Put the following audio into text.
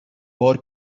بار